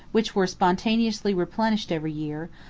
which were spontaneously replenished every year,